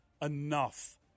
enough